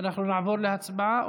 אנחנו נעבור להצבעה?